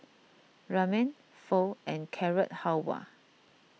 Ramen Pho and Carrot Halwa